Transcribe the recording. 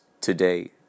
today